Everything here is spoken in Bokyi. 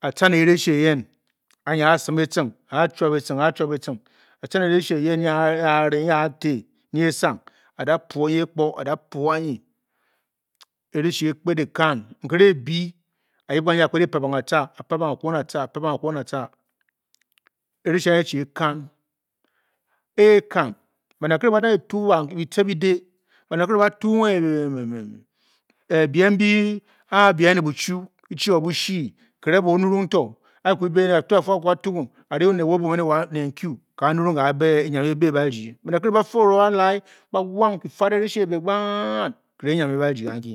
a-tca ne. Ereshi eyen. anyi aa-sim etcing aǎ-chuǎb etcing, àà-chûab etcing, a-tca ne ereshi eyen eyi ǎǎ-rě, nyi ǎa-tě, nyi esang a-da pwo, nyi epko a-da pwo anyi, ereshi e-kped e-kan. nkere e-bii, a-yip kanyi. a-kpede pabang atca apabang a-kwon atca. a-pabang a-kwon a-tea, erashi anyi e-chii e-kan, e e-kan baned ba kire ba dange tuis kitce kide, banned bakíre batuu, biem mbi a-bi anyi ne buchuru, ki-chi o bushi, ki renge bo-o ngurung to, gato a-afuu a-kwu a-tugung a-re oned wa o-buom ene wa ne nkyu kanyurung gaabě enyiam e běebǎrdi